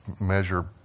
measure